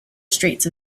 streets